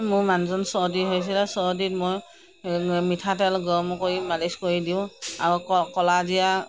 মোৰ মানুহজন চৰ্দি হৈছিলে চৰ্দিত মই মিঠাতেল গৰম কৰি মালিচ কৰি দিওঁ আৰু ক ক'লাজিৰা